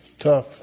Tough